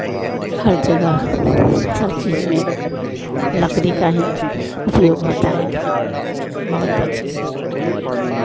हर जगह हर चीज़ में लकड़ी का ही उपयोग होता है बहुत अच्छे से